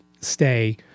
stay